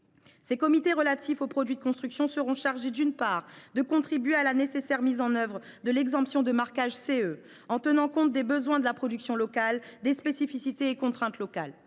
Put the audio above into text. des comités relatifs aux produits de construction. Ces comités seront chargés de contribuer à la nécessaire mise en œuvre de l’exemption de marquage CE, en tenant compte des besoins de la production, des spécificités et des contraintes locales.